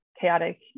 chaotic